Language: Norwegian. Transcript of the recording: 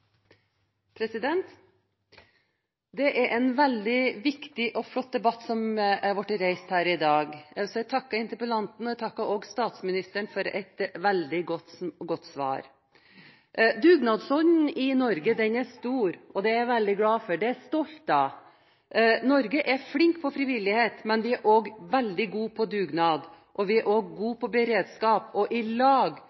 område. Det er en veldig viktig og flott debatt som har blitt reist her i dag. Jeg vil takke interpellanten, og jeg takker også statsministeren for et veldig godt svar. Dugnadsånden i Norge er stor, og det er jeg veldig glad for og stolt av. I Norge er vi flinke på frivillighet, men vi er også veldig gode på dugnad. Vi er også gode på beredskap i lag, og